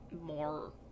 more